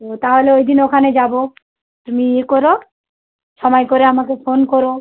তো তাহলে ওই দিন ওখানে যাবো তুমি ইয়ে কোরো সময় করে আমাকে ফোন কোরো